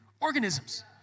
organisms